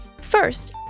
First